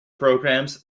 programs